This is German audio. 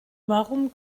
warum